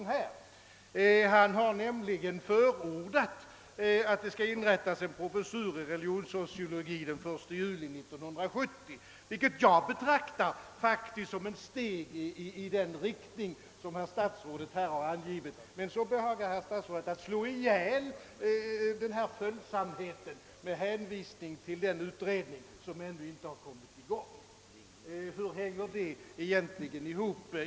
Han har nämligen förordat, att det skall inrättas en professur i religionssociologi den 1 juli 1970, vilket jag betraktar som ett steg i den riktning som statsrådet här har angivit. Men så behagar herr statsrådet att slå ihjäl denna följsamhet med hänvisning till den utredning som ännu inte har kommit i gång. Hur hänger det egentligen ihop?